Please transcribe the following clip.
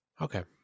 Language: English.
Okay